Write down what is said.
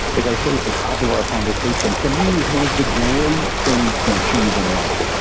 as i said at the top of our conversation, to me, is one of the great things to achieve in life.